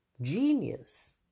genius